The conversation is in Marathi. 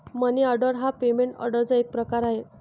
मनी ऑर्डर हा पेमेंट ऑर्डरचा एक प्रकार आहे